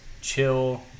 chill